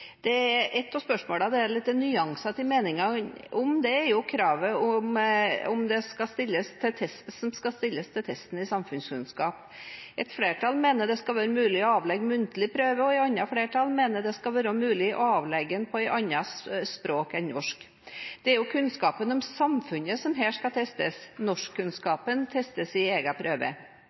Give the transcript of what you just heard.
av spørsmålene det er litt nyanserte meninger om, gjelder kravet som skal stilles til testen i samfunnskunnskap. Et flertall mener det skal være mulig å avlegge muntlig prøve. Et annet flertall mener det skal være mulig å avlegge den på et annet språk enn norsk. Det er jo kunnskapen om samfunnet som her skal testes, norskkunnskapen testes i egen prøve.